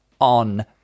on